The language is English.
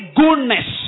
goodness